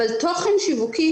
אבל תוכן שיווקי,